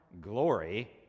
glory